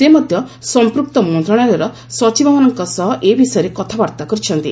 ସେ ମଧ୍ୟ ସଂପୂକ୍ତ ମନ୍ତ୍ରଣାଳୟର ସଚିବମାନଙ୍କ ସହ ଏ ବିଷୟରେ କଥାବାର୍ତ୍ତା କରିଛନ୍ତି